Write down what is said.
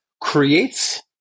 creates